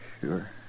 Sure